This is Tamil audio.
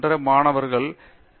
பேராசிரியர் பிரதாப் ஹரிதாஸ் சரி